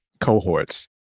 cohorts